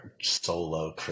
solo